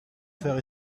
faire